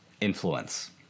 influence